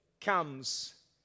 comes